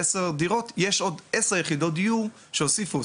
יש עוד עשר יחידות דיור שהוסיפו,